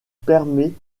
permet